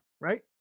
right